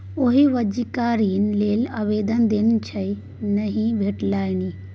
ओ वाणिज्यिक ऋण लेल आवेदन देने छल नहि भेटलनि